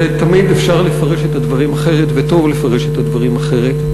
ותמיד אפשר לפרש את הדברים אחרת וטוב לפרש את הדברים אחרת.